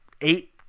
eight